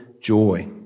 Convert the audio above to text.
joy